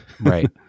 Right